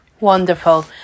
Wonderful